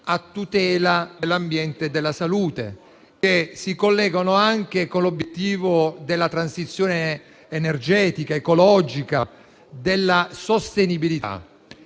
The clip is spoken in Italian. a tutela dell'ambiente e della salute, che si collegano anche con l'obiettivo della transizione ecologica per l'energia e della sostenibilità.